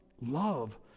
love